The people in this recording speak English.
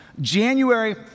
January